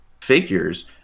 figures